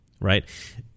right